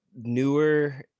newer